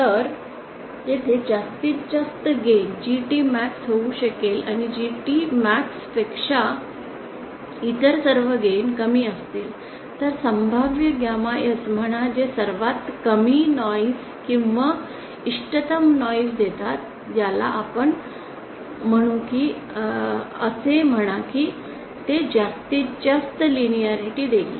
तर तेथे जास्तीत जास्त गेन GTmax होऊ शकेल आणि GTmax पेक्षा इतर सर्व गेन कमी असतील इतर संभाव्य गामा S म्हणा जे सर्वात कमी नॉईस किंवा इष्टतम नॉईस देतात ज्याला आपण म्हणू किंवा असे म्हणा की ते जास्तीत जास्त लिनिअरिटी देईल